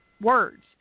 words